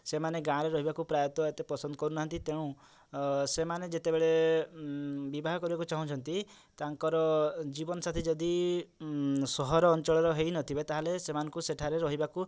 ସେମାନେ ଗାଁ ରେ ରହିବାକୁ ପ୍ରାୟତଃ ଏତେ ପସନ୍ଦ କରୁ ନାହାନ୍ତି ତେଣୁ ସେମାନେ ଯେତେବେଳେ ବିବାହ କରିବାକୁ ଚାଁହୁଛନ୍ତି ତାଙ୍କର ଜୀବନ ସାଥି ଯଦି ସହର ଅଞ୍ଚଳ ର ହେଇନଥିବେ ତାହେଲେ ସେମାନଙ୍କୁ ସେଠାରେ ରହିବାକୁ